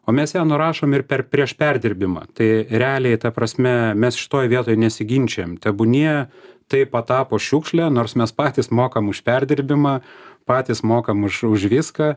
o mes ją nurašom ir per prieš perdirbimą tai realiai ta prasme mes šitoj vietoj nesiginčijam tebūnie tai patapo šiukšle nors mes patys mokam už perdirbimą patys mokam už už viską